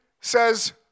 says